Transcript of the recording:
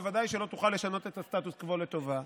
ודאי שלא תוכל לשנות את הסטטוס קוו לטובה.